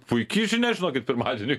puiki žinia žinokit pirmadieniui